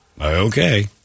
Okay